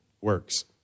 works